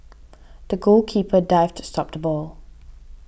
the goalkeeper dived to stop the ball